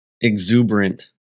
exuberant